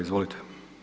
Izvolite!